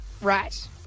Right